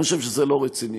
אני חושב שזה לא רציני.